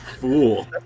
fool